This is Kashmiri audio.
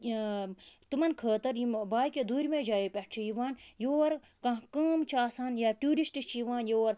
تمَن خٲطرٕ یِمو باقٕیو دوٗرمیو جایو پٮ۪ٹھ چھِ یِوان یور کانٛہہ کٲم چھِ آسان یا ٹیوٗرِسٹہٕ چھِ یِوان یور